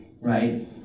right